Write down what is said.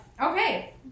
okay